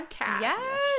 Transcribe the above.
Yes